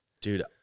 dude